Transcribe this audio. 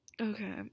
Okay